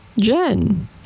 jen